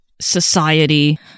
society